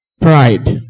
Pride